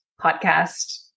podcast